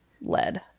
lead